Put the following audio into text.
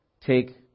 take